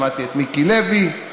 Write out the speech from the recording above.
שמעתי את מיקי לוי.